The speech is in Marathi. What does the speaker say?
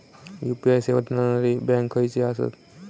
यू.पी.आय सेवा देणारे बँक खयचे आसत?